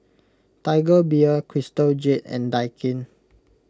Tiger Beer Crystal Jade and Daikin